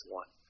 one